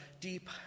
deep